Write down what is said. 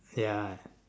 ya